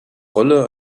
rolle